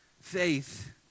faith